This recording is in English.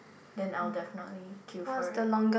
then I'll definitely queue for it